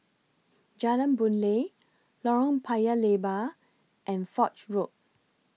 Jalan Boon Lay Lorong Paya Lebar and Foch Road